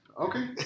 okay